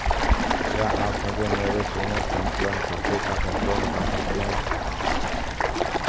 क्या आप मुझे मेरे शून्य संतुलन खाते का संतुलन बता सकते हैं?